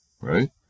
Right